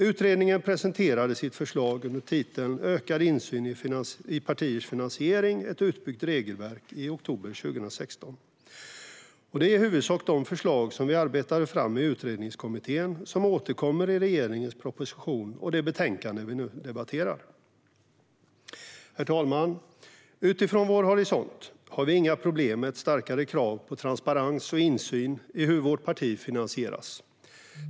Utredningen presenterade sitt förslag under titeln Ökad insyn i partiers finansie ring - ett utbyggt regelverk i oktober 2016. Och det är i huvudsak de förslag som vi arbetade fram i utredningskommittén som återkommer i regeringens proposition och det betänkande vi nu debatterar. Herr talman! Utifrån vår horisont har vi inga problem med ett strängare krav på transparens och insyn i hur vårt parti finansieras.